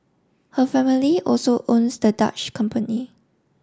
her family also owns the Dutch company